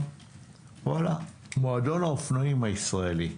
מועדון האופנועים הישראלי,